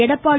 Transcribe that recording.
Edappadi